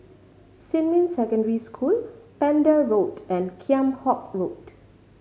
Xinmin Secondary School Pender Road and Kheam Hock Road